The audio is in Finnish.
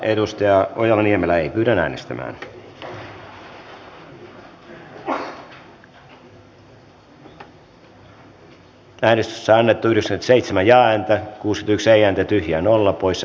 johanna ojala niemelä on suna kymäläisen kannattamana ehdottanut että pykälä poistetaan